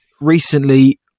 recently